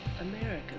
America